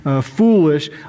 foolish